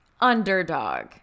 Underdog